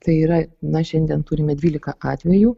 tai yra na šiandien turime dvylika atvejų